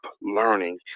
learning